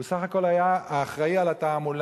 הוא בסך הכול היה אחראי על התעמולה.